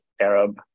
Arab